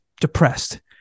depressed